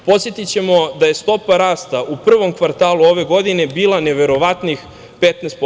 Podsetićemo da je stopa rasta u prvom kvartalu ove godine bila neverovatnih 15%